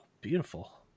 beautiful